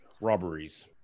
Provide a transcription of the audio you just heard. robberies